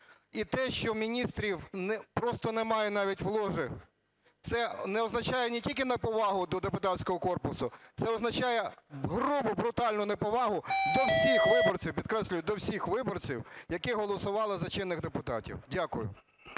І те, що міністрів просто немає навіть в ложі, це означає не тільки неповагу до депутатського корпусу – це означає грубу, брутальну неповагу до всіх виборців, підкреслюю, до всіх виборців, які голосували за чинних депутатів. Дякую.